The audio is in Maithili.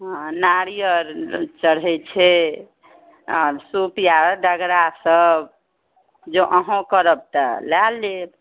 हँ नारियर चढ़ै छै आओर सूप या डगरासब जँ अहाँ करब तऽ लऽ लेब